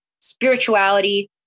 spirituality